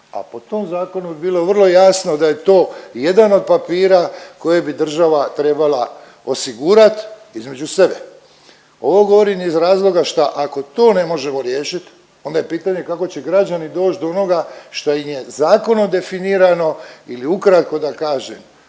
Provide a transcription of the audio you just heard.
a po tom Zakonu bi bilo vrlo jasno da je to jedan od papira koje bi država trebala osigurati između sebe. Ovo govorim iz razloga šta ako to ne možemo riješit, onda je pitanje kako će građani doći do onoga što im je zakonom definirano ili ukratko da kažem,